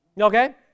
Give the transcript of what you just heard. Okay